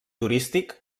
turístic